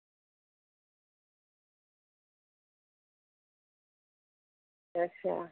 अच्छा